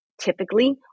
typically